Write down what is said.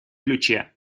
ключе